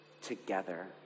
together